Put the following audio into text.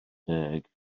deg